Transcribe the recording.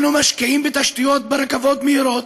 אנו משקיעים בתשתיות ברכבות מהירות,